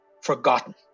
forgotten